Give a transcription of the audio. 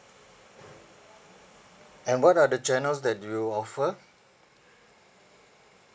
and what are the channels that do you offer